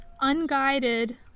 unguided